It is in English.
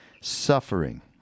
Suffering